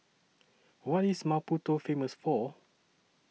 What IS Maputo Famous For